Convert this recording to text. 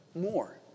more